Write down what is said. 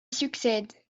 succède